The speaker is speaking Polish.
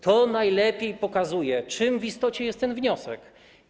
To najlepiej pokazuje, czym w istocie jest ten wniosek.